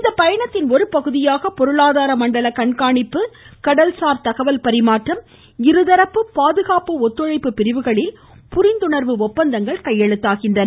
இந்த பயணத்தின் ஒரு பகுதியாக பொருளாதார மண்டல கண்காணிப்பு கடல்சார் தகவல்கள் பரிமாற்றம் இருதரப்பு பாதுகாப்பு ஒத்துழைப்பு பிரிவுகளில் புரிந்துணர்வு ஒப்பந்தங்கள் கையெழுத்தாகின்றன